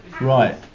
Right